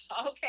Okay